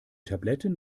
tabletten